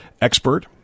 expert